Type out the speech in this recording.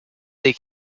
they